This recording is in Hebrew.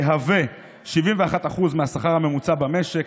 יהווה 71% מהשכר הממוצע במשק,